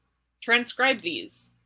transcribe these,